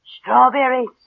Strawberries